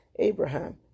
Abraham